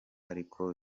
ariko